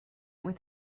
with